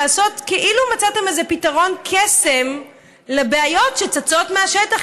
לעשות כאילו מצאתם איזה פתרון קסם לבעיות שצצות מהשטח,